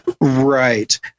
right